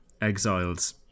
exiles